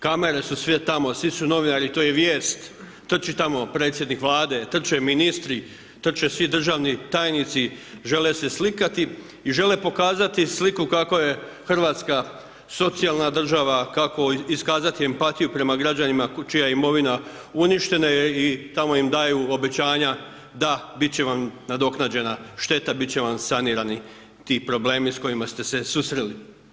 Kamere su sve tamo, svi su novinari, to je vijest, to čita predsjednik Vlade, trče ministri, trče svi državni tajnici, žele se slikati i žele pokazati sliku kako je Hrvatska socijalna država, kako iskazati empatiju prema građanima čija imovina uništena je i tamo im daju obećanja da, bit će vam nadoknađena šteta, bit će vam sanirani ti problemi s kojima ste se susreli.